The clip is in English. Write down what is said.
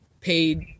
paid